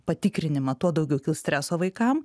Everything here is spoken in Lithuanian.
patikrinimą tuo daugiau kils streso vaikam